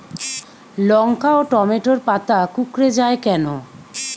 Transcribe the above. লঙ্কা ও টমেটোর পাতা কুঁকড়ে য়ায় কেন?